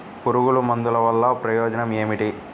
పురుగుల మందుల వల్ల ప్రయోజనం ఏమిటీ?